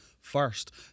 first